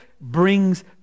brings